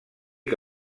que